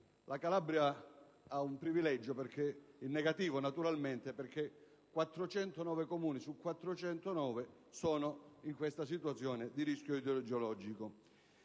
La Calabria ha un privilegio (in negativo, naturalmente), perché 409 Comuni su 409 sono in questa situazione di rischio idrogeologico.